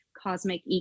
cosmic